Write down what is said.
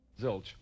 Zilch